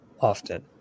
often